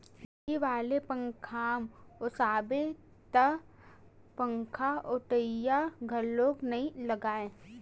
बिजली वाला पंखाम ओसाबे त पंखाओटइया घलोक नइ लागय